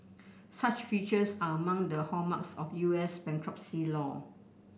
such features are among the hallmarks of U S bankruptcy law